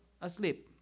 asleep